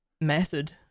method